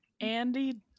Andy